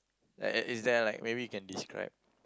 like is is there like maybe you can describe